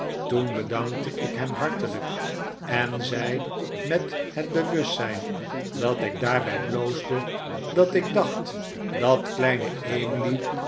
toen bedankte ik hem hartelijk en zei met het bewustzijn dat ik daarbij bloosde dat ik dacht dat kleine emily